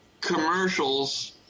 commercials